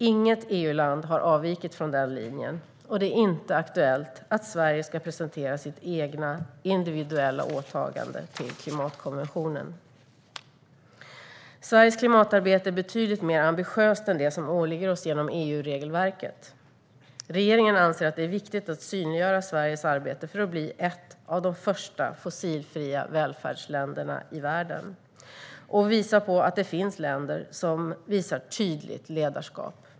Inget EU-land har avvikit från den linjen, och det är inte aktuellt att Sverige ska presentera ett eget, individuellt åtagande till klimatkonventionen. Sveriges klimatarbete är betydligt mer ambitiöst än det som åligger oss genom EU-regelverket. Regeringen anser att det är viktigt att synliggöra Sveriges arbete för att bli ett av de första fossilfria välfärdsländerna i världen och visa på att det finns länder som visar tydligt ledarskap.